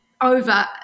over